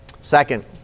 Second